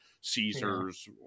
Caesars